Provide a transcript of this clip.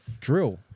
drill